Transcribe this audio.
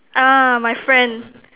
ah my friend